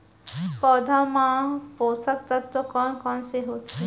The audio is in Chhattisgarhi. पौधे मा पोसक तत्व कोन कोन से होथे?